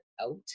out